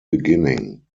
beginning